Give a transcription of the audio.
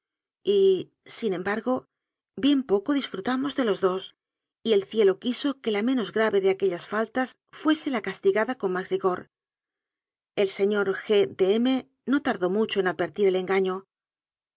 sin embargo bien poco disfru tamos de los dos y el cielo quiso que la menos grave de aquellas faltas fuese la castigada con más rigor el señor g de m no tardó mucho en advertir el engaño